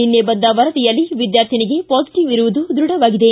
ನಿನ್ನೆ ಬಂದ ವರದಿಯಲ್ಲಿ ವಿದ್ಯಾರ್ಥಿನಿಗೆ ಪಾಸಿಟಿವ್ ಇರುವುದು ದೃಢವಾಗಿದೆ